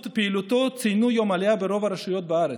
פעילותו ציינו את יום העלייה ברוב הרשויות בארץ.